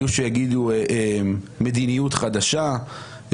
יהיו שיגידו מדיניות חדשה.